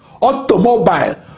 automobile